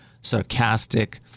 sarcastic